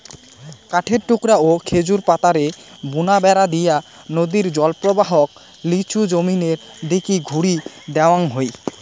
কাঠের টুকরা ও খেজুর পাতারে বুনা বেড়া দিয়া নদীর জলপ্রবাহক লিচু জমিনের দিকি ঘুরি দেওয়াং হই